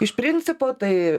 iš principo tai